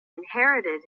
inherited